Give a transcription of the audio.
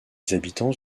habitants